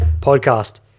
podcast